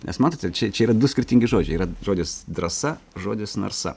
nes matote čia čia yra du skirtingi žodžiai yra žodis drąsa žodis narsa